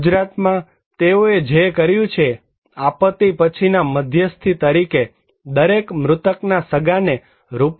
ગુજરાતમાં તેઓએ જે કર્યું છે આપત્તિ પછીના મધ્યસ્થી તરીકે દરેક મૃતકના સગાને રૂ